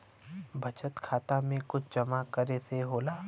बचत खाता मे कुछ जमा करे से होला?